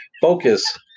focus